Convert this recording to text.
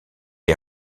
est